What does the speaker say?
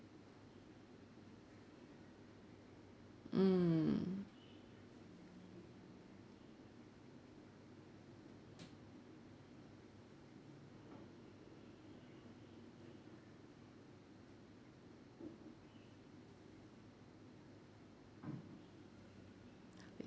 mm